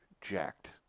jacked